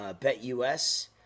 BetUS